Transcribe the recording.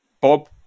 Bob